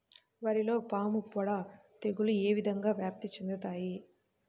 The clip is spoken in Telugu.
వరిలో పాముపొడ తెగులు ఏ విధంగా వ్యాప్తి చెందుతాయి?